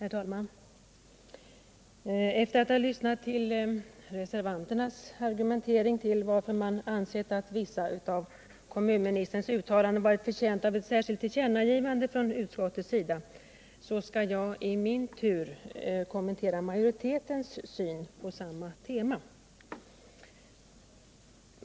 Herr talman! Efter att ha lyssnat till reservanternas argument om varför man har ansett att vissa av kommunministerns uttalanden har varit förtjänta av ett särskilt tillkännagivande från utskottet skall jag i min tur kommentera majoritetens syn på samma tema.